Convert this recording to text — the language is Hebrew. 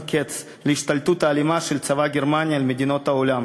קץ להשתלטות האלימה של צבא גרמניה על מדינות העולם.